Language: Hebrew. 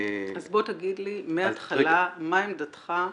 אז בוא תגיד לי מהתחלה מה עמדתך.